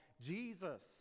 Jesus